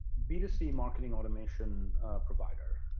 b two c marketing automation provider.